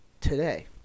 today